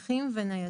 וניידות.